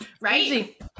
Right